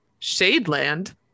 Shadeland